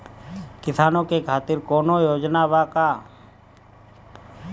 किसानों के खातिर कौनो योजना बा का?